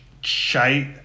shite